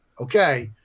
okay